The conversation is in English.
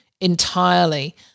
entirely